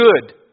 good